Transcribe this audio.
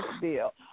bill